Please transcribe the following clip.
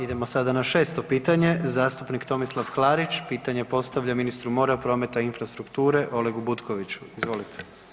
Idemo sada na 6. pitanje zastupnik Tomislav Klarić pitanje postavlja ministru mora, prometa i infrastrukture Olegu Butkoviću, izvolite.